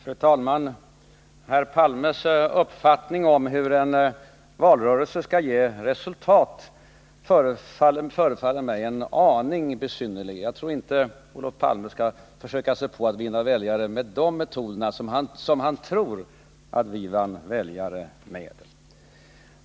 Fru talman! Herr Palmes uppfattning om hur en valrörelse skall ge resultat förefaller mig en aning besynnerlig. Jag tror inte att Olof Palme skall försöka sig på att vinna nya väljare med de metoder som han tror att vi vann väljare med.